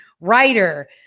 writer